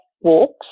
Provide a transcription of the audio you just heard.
walks